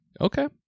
Okay